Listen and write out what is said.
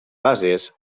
bases